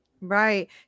Right